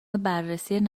بررسی